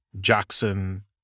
Jackson